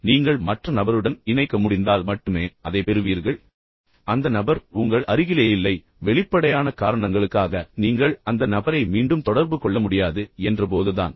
எனவே நீங்கள் மற்ற நபருடன் இணைக்க முடிந்தால் மட்டுமே நீங்கள் அதைப் பெறுவீர்கள் மேலும் அந்த நபர் இனி இல்லை அல்லது அந்த நபர் உங்கள் அருகிலேயே இல்லை அல்லது வெளிப்படையான காரணங்களுக்காக நீங்கள் அந்த நபரை மீண்டும் தொடர்பு கொள்ள முடியாது என்ற போது தான்